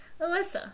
Alyssa